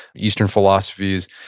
eastern philosophies,